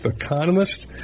economist